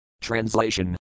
Translation